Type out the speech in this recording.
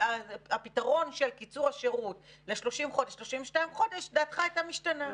הפתרון של קיצור השירות ל-30 חודש מ-32 חודש דעתך הייתה משתנה?